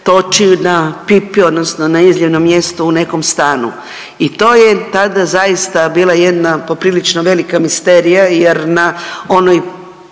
toči na pipi odnosno na izljevnom mjestu u nekom stanu i to je tada zaista bila jedna poprilično velika misterija jer na onoj